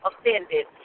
offended